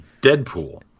Deadpool